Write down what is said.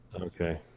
Okay